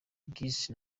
giggs